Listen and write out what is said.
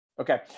Okay